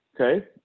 okay